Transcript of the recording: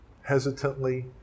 hesitantly